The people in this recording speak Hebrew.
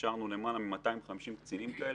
הכשרנו למעלה מ-250 קצינים כאלה.